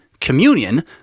communion